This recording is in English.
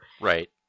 Right